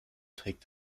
trägt